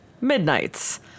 Midnights